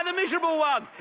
um miserable one.